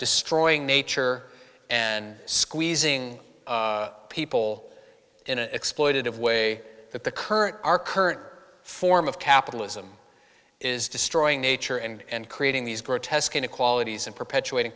destroying nature and squeezing people in an exploitative way that the current our curt form of capitalism is destroying nature and creating these grotesque inequalities and perpetuating